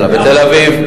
בתל-אביב,